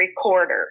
recorder